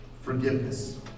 forgiveness